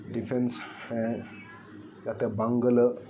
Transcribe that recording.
defence ᱡᱟᱛᱮ ᱵᱟᱝ ᱜᱚᱞᱚᱜ